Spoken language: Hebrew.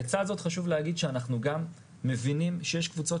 לצד זאת חשוב להגיד שאנחנו גם מבינים שיש קבוצות